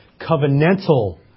covenantal